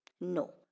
No